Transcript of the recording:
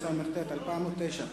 התשס”ט 2009,